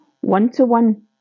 one-to-one